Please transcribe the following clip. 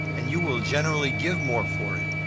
and you will generally give more for it.